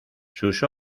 sus